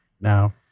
Now